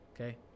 Okay